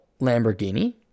Lamborghini